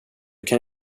kan